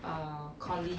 uh collin's